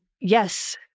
yes